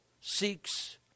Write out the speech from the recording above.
seeks